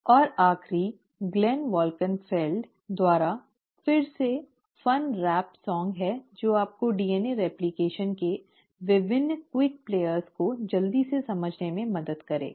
और आखिरी Glenn Wolkenfeld द्वारा फिर से एक मजेदार रैप गीत है जो आपको डीएनए रेप्लकेशन के विभिन्न त्वरित प्लेयर्स को जल्दी से समझने में मदद करेगा